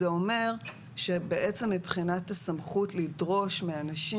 זה אומר שמבחינת הסמכות לדרוש מאנשים